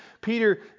Peter